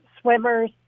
swimmers